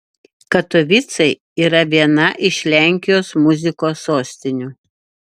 katovicai yra viena iš lenkijos muzikos sostinių